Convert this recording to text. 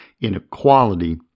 Inequality